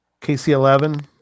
KC11